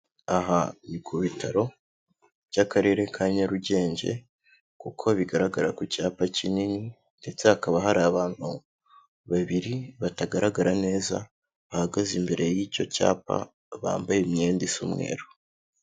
Aha ni ku bitaro by'Akarere ka Nyarugenge kuko bigaragara ku cyapa kinini ndetse hakaba hari abantu babiri batagaragara neza, bahagaze imbere y'icyo cyapa bambaye imyenda isa umweru.